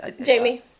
Jamie